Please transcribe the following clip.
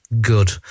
good